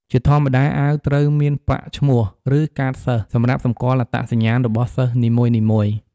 ជាធម្មតា អាវត្រូវមានប៉ាកឈ្មោះ ឬកាតសិស្សសម្រាប់សម្គាល់អត្តសញ្ញាណរបស់សិស្សនីមួយៗ